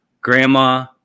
Grandma